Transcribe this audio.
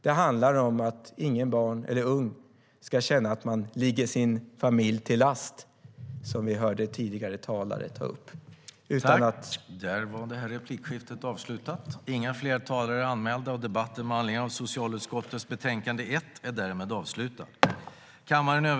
Det handlar om att inget barn och ingen ung ska känna att de ligger sin familj till last, som vi hörde tidigare talare ta upp.(Beslut fattades under § 16.